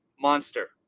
monster